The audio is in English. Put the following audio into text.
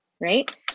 right